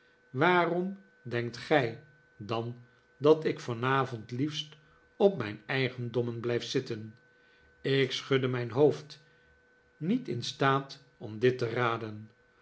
waarom denkt gij dan dat ik vanavond liefst op mijn eigendommen blijf zitten ik schudde mijn hoofd niet in staat om dit te raden